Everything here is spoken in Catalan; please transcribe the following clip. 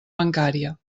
bancària